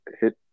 hit